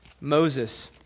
Moses